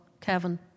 Kevin